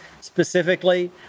specifically